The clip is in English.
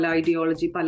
ideology